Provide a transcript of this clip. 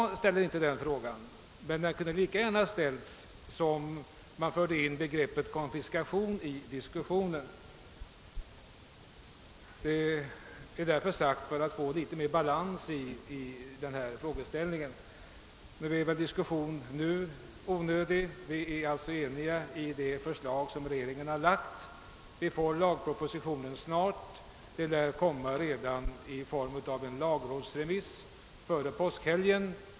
Jag ställer inte den frågan, men det kunde vara lika befogat att göra det som att föra in begreppet konfiskation i diskussionen — detta sagt för att få litet mera balans i argumentationen. Emellertid är väl en diskussion i dag onödig. Vi är alltså eniga om det förslag som regeringen har lagt fram, och vi får lagpropositionen snart; den lär komma i form av en lagrådsremiss redan före påskhelgen.